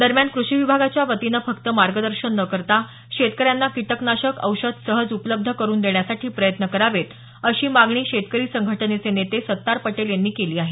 दरम्यान कृषी विभागाच्या वतीनं फक्त मार्गदर्शन न करता शेतकऱ्यांना किटक नाशक औषध सहज उपलब्ध करुन देण्यासाठी प्रयत्न करावेत अशी मागणी शेतकरी संघटनेचे नेते सत्तार पटेल यांनी केली आहे